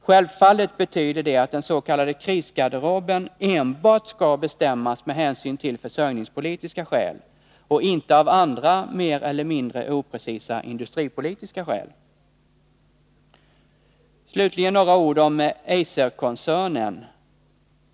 Självfallet betyder detta att den s.k. krisgarderoben enbart skall bestämmas med hänsyn till försörjningspolitiska skäl, och inte även av andra mer eller mindre oprecisa industripolitiska skäl. Slutligen några ord om Eiserkoncernen.